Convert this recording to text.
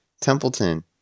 Templeton